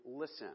listen